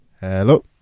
Hello